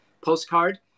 postcard